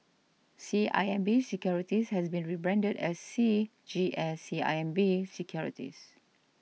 C I M B Securities has been rebranded as C G S C I M B Securities